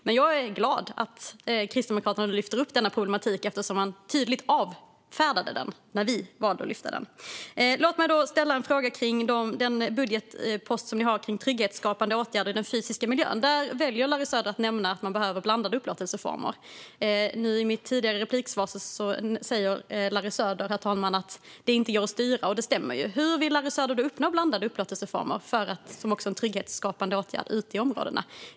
Men jag är glad över att Kristdemokraterna nu lyfter fram denna problematik, eftersom de tydligt avfärdade den när vi valde att lyfta fram den. Låt mig ställa en fråga om den budgetpost som ni har om trygghetsskapande åtgärder i den fysiska miljön. Där väljer Larry Söder att nämna att det behövs blandade upplåtelseformer. Larry Söder sa i en replik att det inte går att styra, och det stämmer. Hur vill Larry Söder uppnå blandade upplåtelseformer, också som en trygghetsskapande åtgärd, i områdena?